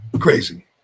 crazy